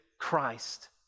Christ